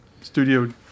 studio